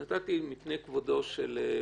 אני נתתי מפני כבודו של רוברט,